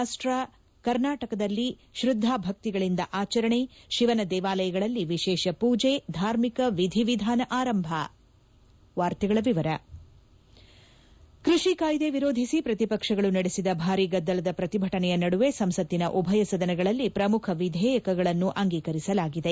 ರಾಷ್ವ ಕರ್ನಾಟಕದಲ್ಲಿ ತ್ರದ್ದಾ ಭಕ್ತಿಗಳಿಂದ ಆಚರಣೆ ಶಿವನ ದೇವಾಲಯಗಳಲ್ಲಿ ವಿಶೇಷ ಪೂಜೆ ಧಾರ್ಮಿಕ ವಿಧಿ ವಿಧಾನ ಆರಂಭ ಕೃಷಿ ಕಾಯ್ದೆ ವಿರೋಧಿಸಿ ಪ್ರತಿಪಕ್ಷಗಳು ನಡೆಸಿದ ಭಾರಿ ಗದ್ದಲದ ಪ್ರತಿಭಟನೆಯ ನಡುವೆ ಸಂಸತ್ತಿನ ಉಭಯ ಸದನಗಳಲ್ಲಿ ಪ್ರಮುಖ ವಿಧೇಯಕಗಳನ್ನು ಅಂಗೀಕರಿಸಲಾಗಿದೆ